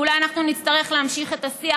ואולי אנחנו נצטרך להמשיך את השיח,